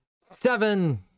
seven